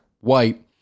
white